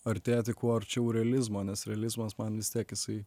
artėti kuo arčiau realizmo nes realizmas man vis tiek jisai